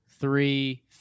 three